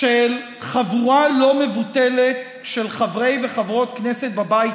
של חבורה לא מבוטלת של חברי וחברות כנסת בבית